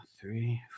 three